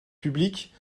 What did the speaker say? publique